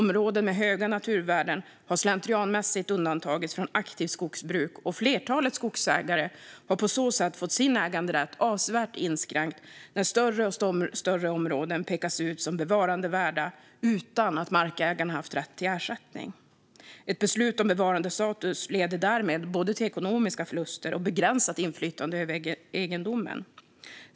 Områden med höga naturvärden har slentrianmässigt undantagits från aktivt skogsbruk, och flertalet skogsägare har på så sätt fått sin äganderätt avsevärt inskränkt när större och större områden pekats ut som bevarandevärda utan att markägaren haft rätt till ersättning. Ett beslut om bevarandestatus leder därmed till både ekonomiska förluster och begränsat inflytande över egendomen.